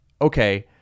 okay